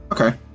okay